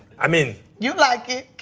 i mean you like it.